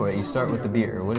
ah you start with the beer,